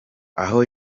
aho